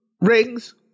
Rings